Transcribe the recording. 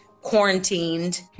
quarantined